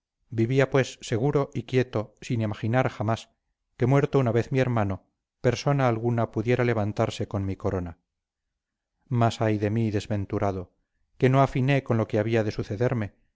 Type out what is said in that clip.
vivía después seguro y quieto sin imaginar jamás que muerto una vez mi hermano persona alguna pudiera levantarse con mi corona mas ay de mí desventurado que no afiné con lo que había de sucederme